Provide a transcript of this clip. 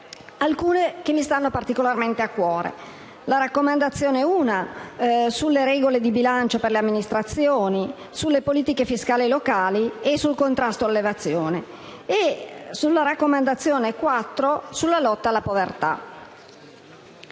Alcune mi stanno particolarmente a cuore: la raccomandazione n. 1 sulle regole di bilancio per le amministrazioni, sulle politiche fiscali locali e sul contrasto all'evasione e la raccomandazione n. 4 sulla lotta alla povertà.